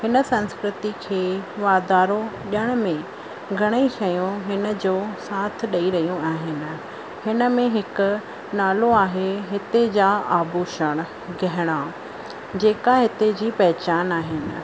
हिन संस्कृतिअ खे वाधारो ॾियण में घणेई शयूं हिनजो साथ ॾेई रहियूं आहिनि हिन में हिक नालो आहे हिते जा आभूषण गहना जेका हितेजी पहचान आहिनि